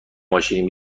ماشینی